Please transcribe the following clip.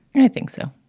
and i think so.